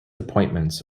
appointments